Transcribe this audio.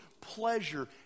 pleasure